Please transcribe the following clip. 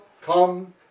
come